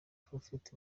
prophet